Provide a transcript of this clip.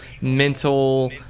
mental